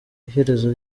iherezo